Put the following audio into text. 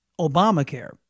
Obamacare